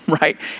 right